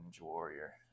Warrior